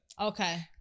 Okay